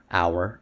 hour